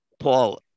Paul